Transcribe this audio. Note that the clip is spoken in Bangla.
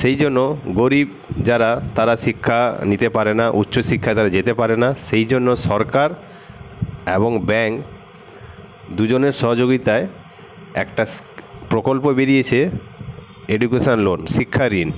সেই জন্য গরীব যারা তারা শিক্ষা নিতে পারে না উচ্চশিক্ষায় তারা যেতে পারে না সেই জন্য সরকার এবং ব্যাংক দুজনের সহযোগিতায় একটা প্রকল্প বেরিয়েছে এডুকেশান লোন শিক্ষা ঋণ